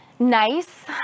Nice